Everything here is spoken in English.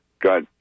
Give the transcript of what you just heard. Got